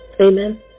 Amen